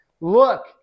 look